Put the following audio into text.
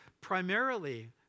primarily